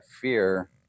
fear